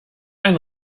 ein